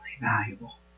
valuable